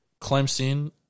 Clemson